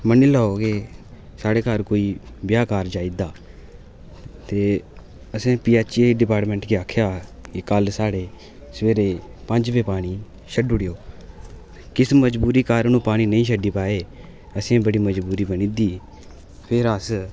मन्नी लाओ के साढ़े घर कोई ब्याह् कारज आई दा ते असें पी ऐच्च ई डिपाडमैंट गी आखेआ के कल साढ़े सबेरै पंज बजे पानी छड्डी ओड़ेओ किश मजूबरी कारण ओह् पानी नेईं छड्डी पाए असें ई बड़ी बड्डी मजबूरी बनी दी फिर अस